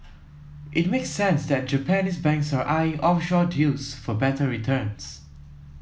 it makes sense that Japanese banks are eyeing offshore deals for better returns